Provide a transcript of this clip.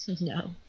No